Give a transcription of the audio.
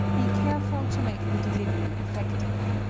be careful to make the delivery effective.